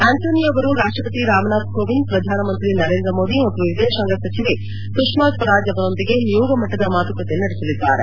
Antonio ಅವರು ರಾಷ್ಟಪತಿ ರಾಮನಾಥ್ ಕೋವಿಂದ್ ಪ್ರಧಾನ ಮಂತ್ರಿ ನರೇಂದ್ರ ಮೋದಿ ಮತ್ತು ವಿದೇಶಾಂಗ ಸಚಿವೆ ಸುಷ್ಮಾ ಸ್ವರಾಜ್ ಅವರೊಂದಿಗೆ ನಿಯೋಗ ಮಟ್ಟದ ಮಾತುಕತೆ ಸಹ ನಡೆಸಲಿದ್ದಾರೆ